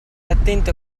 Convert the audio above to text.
attento